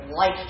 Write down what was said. life